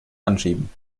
anschieben